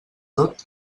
tot